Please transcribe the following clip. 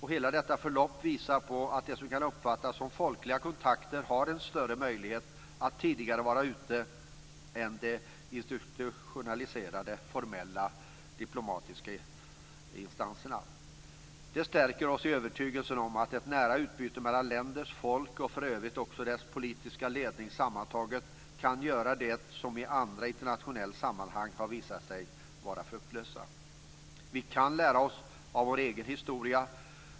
Hela detta förlopp visar på att det som kan uppfattas som folkliga kontakter har en större möjlighet att vara tidigare ute än de institutionaliserade formella diplomatiska instanserna. Det stärker oss i övertygelsen att ett utbyte mellan länders folk och för övrigt också deras politiska ledning sammantaget kan göra det som i andra internationella sammanhang har visat sig vara fruktlöst. Vi kan lära oss av vår egen historia.